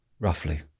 Roughly